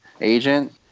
agent